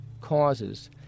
causes